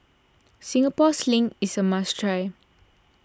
Singapore Sling is a must try